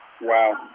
Wow